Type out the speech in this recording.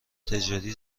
تجاری